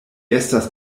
estas